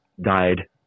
died